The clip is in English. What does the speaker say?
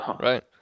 Right